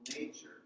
nature